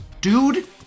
Dude